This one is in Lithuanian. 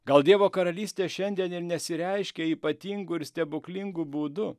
gal dievo karalystė šiandien ir nesireiškia ypatingu ir stebuklingu būdu